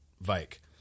vike